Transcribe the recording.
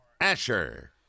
Asher